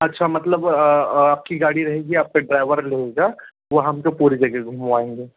अच्छा मतलब आपकी गाड़ी रहेगी आपका ड्राइवर रहेगा वो हम को पूरी जगह घुमवाएंगे